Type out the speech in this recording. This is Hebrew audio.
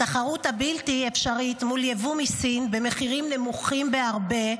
התחרות הבלתי-אפשרית מול יבוא מסין במחירים נמוכים בהרבה,